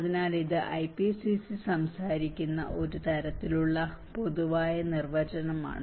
അതിനാൽ ഇത് IPCC സംസാരിക്കുന്ന ഒരു തരത്തിലുള്ള പൊതുവായ നിർവചനമാണ്